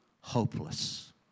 hopeless